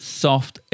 soft